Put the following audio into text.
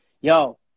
yo